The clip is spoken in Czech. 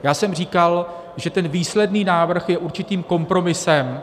Já jsem říkal, že ten výsledný návrh je určitým kompromisem.